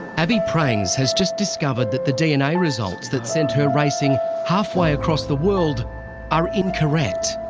abii prangs has just discovered that the dna results that sent her racing halfway across the world are incorrect.